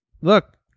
look